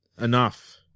Enough